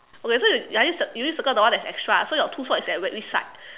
okay so you are you do you circle the one that is extra so your two sock is at where which side